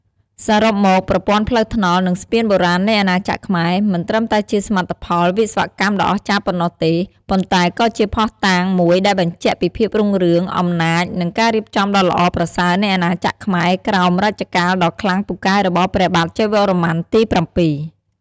សរុបមក ប្រព័ន្ធផ្លូវថ្នល់ និងស្ពានបុរាណនៃអាណាចក្រខ្មែរ មិនត្រឹមតែជាសមិទ្ធផលវិស្វកម្មដ៏អស្ចារ្យប៉ុណ្ណោះទេ ប៉ុន្តែក៏ជាភស្តុតាងមួយដែលបញ្ជាក់ពីភាពរុងរឿង អំណាច និងការរៀបចំដ៏ល្អប្រសើរនៃអាណាចក្រខ្មែរក្រោមរជ្ជកាលដ៏ខ្លាំងពូកែរបស់ព្រះបាទជ័យវរ្ម័នទី៧។